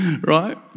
right